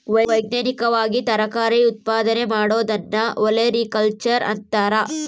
ವೈಜ್ಞಾನಿಕವಾಗಿ ತರಕಾರಿ ಉತ್ಪಾದನೆ ಮಾಡೋದನ್ನ ಒಲೆರಿಕಲ್ಚರ್ ಅಂತಾರ